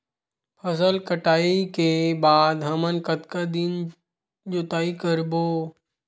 फसल कटाई के बाद हमन कतका दिन जोताई करबो?